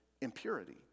impurity